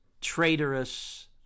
traitorous